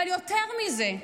אבל יותר מזה,